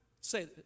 say